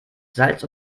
salz